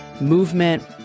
movement